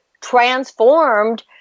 transformed